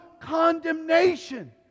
condemnation